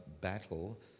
battle